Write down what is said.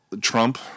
Trump